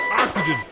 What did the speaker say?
oxygen.